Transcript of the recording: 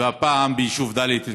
והפעם ביישוב דאלית אל-כרמל,